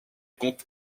compte